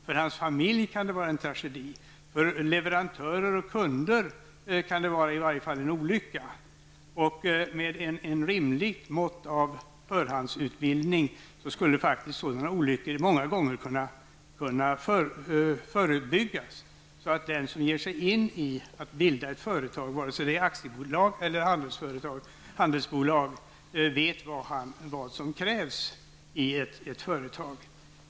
För familjen kan det också vara en tragedi, för leverantörer och kunder i varje fall en olycka. Med ett rimligt mått av förhandsutbildning skulle faktiskt sådana olyckor många gånger kunna förebyggas. Då vet den som ger sig in i att bilda ett företag, vare sig det är ett aktiebolag eller handelsbolag, vad som krävs i ett företag.